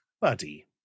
Buddy